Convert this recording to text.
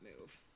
move